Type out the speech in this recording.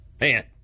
man